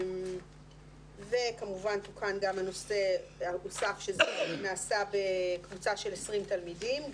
כמובן הוסף שזה נעשה בקבוצה של 20 תלמידים,